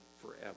forever